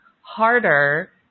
harder